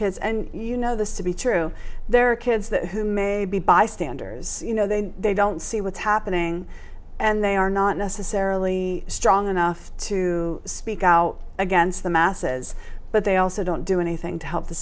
kids and you know this to be true there are kids that who may be bystanders you know they they don't see what's happening and they are not necessarily strong enough to speak out against the masses but they also don't do anything to help the